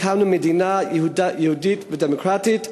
הקמנו מדינה יהודית ודמוקרטית.